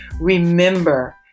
Remember